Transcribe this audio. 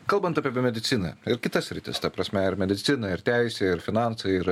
kalbant apie apie mediciną ir kitas sritis ta prasme ir medicina ir teisė ir finansai ir